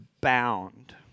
bound